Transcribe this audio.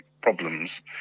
problems